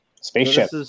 Spaceship